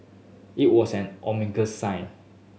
it was an ominous sign